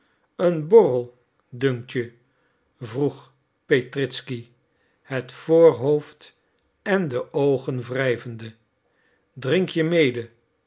een borrel dunkt je vroeg petritzky het voorhoofd en de oogen wrijvende drink je mede